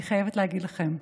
אני חייבת להגיד לכם.